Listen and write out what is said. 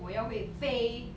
我要会飞